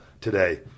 today